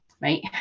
right